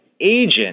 agent